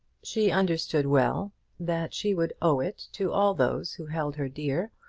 she understood well that she would owe it to all those who held her dear,